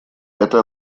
это